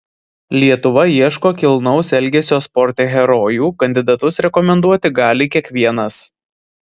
lietuva ieško kilnaus elgesio sporte herojų kandidatus rekomenduoti gali kiekvienas